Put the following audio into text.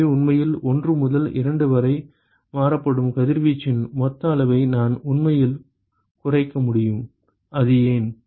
எனவே உண்மையில் 1 முதல் 2 வரை மாற்றப்படும் கதிர்வீச்சின் மொத்த அளவை நான் உண்மையில் குறைக்க முடியும் அது ஏன்